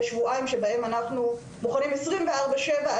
יש שבועיים שבהם אנחנו מוכנים עשרים וארבע-שבע,